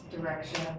direction